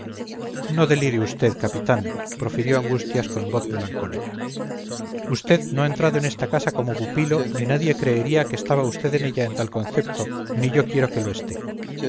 no delire usted capitán profirió angustias con voz melancólica usted no ha entrado en esta casa como pupilo ni nadie creería que estaba usted en ella en tal concepto ni yo quiero que lo esté